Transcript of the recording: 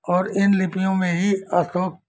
और इन लिपियों में ही अशोक